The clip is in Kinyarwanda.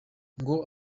ngo